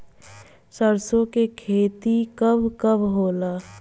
सरसों के खेती कब कब होला?